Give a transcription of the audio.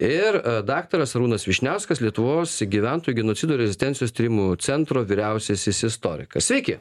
ir daktaras arūnas vyšniauskas lietuvos gyventojų genocido ir rezistencijos tyrimų centro vyriausiasis istorikas sveiki